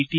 T